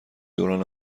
دوران